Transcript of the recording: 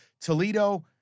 Toledo